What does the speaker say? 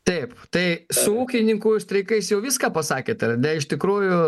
taip tai su ūkininkų streikais jau viską pasakėt ar ne iš tikrųjų